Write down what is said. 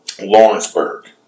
Lawrenceburg